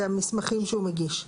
במסמכים שהוא מגיש.